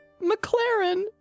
McLaren